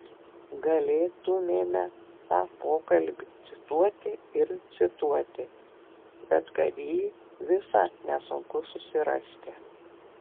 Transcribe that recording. galėtumėme tą pokalbį cituoti ir cituoti bet kad jį visą nesunku susirasti